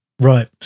Right